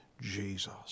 Jesus